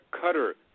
cutter